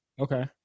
Okay